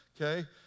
okay